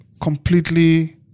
completely